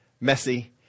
messy